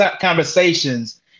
conversations